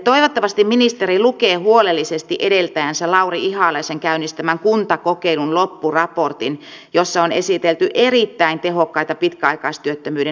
toivottavasti ministeri lukee huolellisesti edeltäjänsä lauri ihalaisen käynnistämän kuntakokeilun loppuraportin jossa on esitelty erittäin tehokkaita pitkäaikaistyöttömyyden hoitokeinoja